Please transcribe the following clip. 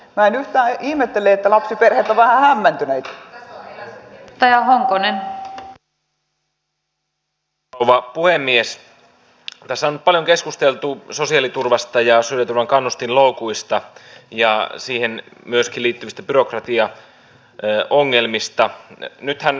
eduskunta edellyttää että hallitus seuraa tarkasti varhaiskasvatukseen perusopetukseen toisen asteen koulutukseen sekä korkeakoulutukseen ja tutkimukseen kohdistuvien säästöjen ja apteekkimaksun kompensaation poiston kohdentumisen vaikutusta ja ajoitusta